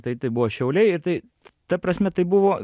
tai tai buvo šiauliai ir tai ta prasme tai buvo